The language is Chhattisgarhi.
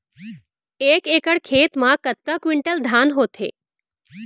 एक एकड़ खेत मा कतका क्विंटल धान होथे?